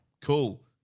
cool